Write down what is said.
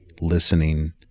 listening